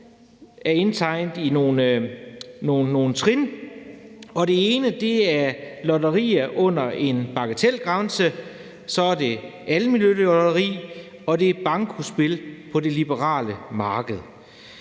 er inddelt i nogle trin. Det ene er lotteri under en bagatelgrænse, så er det almennyttigt lotteri, og så er det bankospil på det liberale marked.